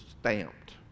stamped